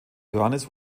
johannes